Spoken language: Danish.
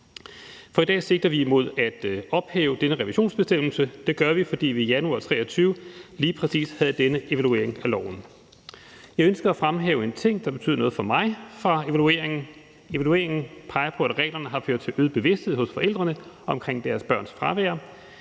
For i dag sigter vi imod at ophæve denne revisionsbestemmelse. Det gør vi, fordi vi i januar 2023 lige præcis havde denne evaluering af loven. Jeg ønsker at fremhæve en ting, der betyder noget for mig, fra evalueringen. Evalueringen peger på, at reglerne har ført til en øget bevidsthed hos forældrene omkring deres børns fravær,